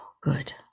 good